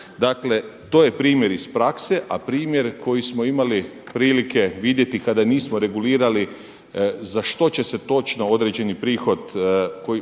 Dakle, to je primjer iz prakse. A primjer koji smo imali prilike vidjeti kada nismo regulirali za što će se točno određeni prihod koji